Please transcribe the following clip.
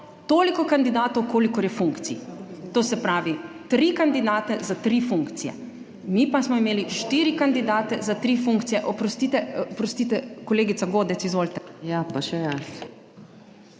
toliko kandidatov, kolikor je funkcij. To se pravi, tri kandidate za tri funkcije, mi pa smo imeli štiri kandidate za tri funkcije. Oprostite, oprostite … Kolegica Godec, izvolite. / oglašanje